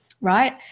Right